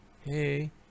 hey